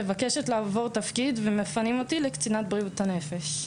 מבקשת לעבור תפקיד ומפנים אותי לקצינת בריאות הנפש.